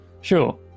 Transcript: Sure